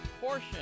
portion